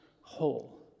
whole